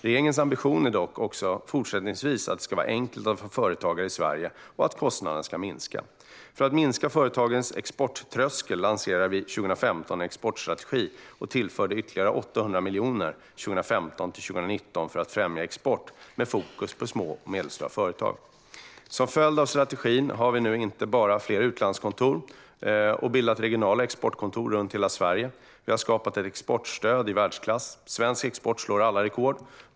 Regeringens ambition är dock även fortsättningsvis att det ska vara enkelt att vara företagare i Sverige och att kostnaderna ska minska. För att minska företagens exporttröskel lanserade vi 2015 en exportstrategi och tillförde ytterligare 800 miljoner 2015-2019 för att främja export, med fokus på små och medelstora företag. Som en följd av strategin har vi inte bara fler utlandskontor och har bildat regionala exportkontor runt hela Sverige. Vi har också skapat ett exportstöd i världsklass. Svensk export slår alla rekord.